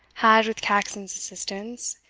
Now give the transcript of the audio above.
had, with caxon's assistance,